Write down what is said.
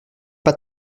pas